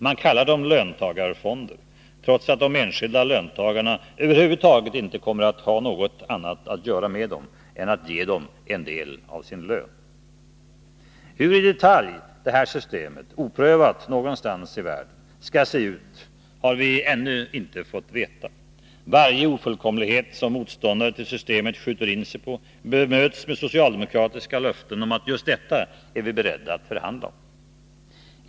Man kallar dem löntagarfonder, trots att de enskilda löntagarna över huvud taget inte kommer att ha något annat att göra med dem än att ge dem en del av sin lön. Hur i detalj det här systemet, icke prövat någonstans i världen, skall se ut har vi ännu inte fått veta. Varje ofullkomlighet som motståndare till systemet skjuter in sig på bemöts med socialdemokratiska löften om att just detta är vi beredda att förhandla om.